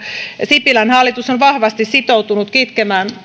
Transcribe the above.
sipilän hallitus on vahvasti sitoutunut kitkemään